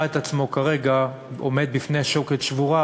את עצמו כרגע עומד בפני שוקת שבורה,